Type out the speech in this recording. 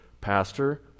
Pastor